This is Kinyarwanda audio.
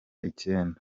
icyenda